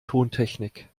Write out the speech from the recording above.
tontechnik